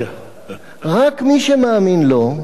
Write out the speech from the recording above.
רק מי שמאמין לו, הרגעת אותו.